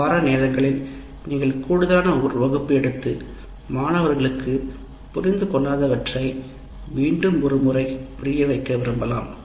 அவ்வாறான நேரங்களில் நீங்கள் கூடுதலான ஒரு வகுப்பு எடுத்து மாணவர்களுக்கு மீண்டும் ஒருமுறை புரிய வைக்கலாம்